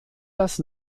das